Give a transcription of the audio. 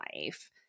life